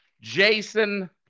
Jason